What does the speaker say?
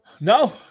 No